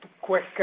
Quick